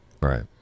Right